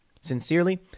Sincerely